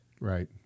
Right